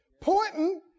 pointing